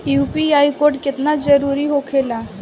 UPI code केतना जरुरी होखेला?